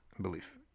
belief